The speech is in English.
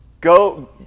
Go